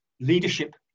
leadership